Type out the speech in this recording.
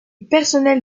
personnel